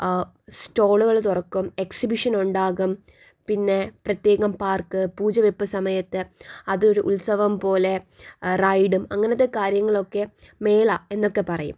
സ്റ്റോളുകൾ തുറക്കും എക്സിബിഷനുണ്ടാകും പിന്നെ പ്രത്യേകം പാർക്ക് പൂജവെപ്പ് സമയത്ത് അതൊരു ഉത്സവം പോലെ റൈഡും അങ്ങനെത്തെ കാര്യങ്ങളൊക്കെ മേള എന്നൊക്കെ പറയും